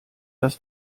das